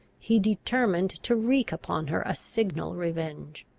he determined to wreak upon her a signal revenge.